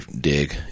dig